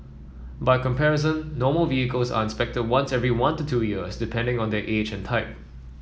by comparison normal vehicles are inspected once every one to two years depending on their age and type